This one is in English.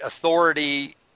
authority